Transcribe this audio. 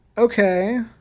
Okay